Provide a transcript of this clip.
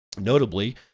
Notably